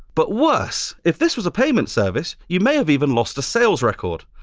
but worse, if this was a payment service, you may have even lost a sales record.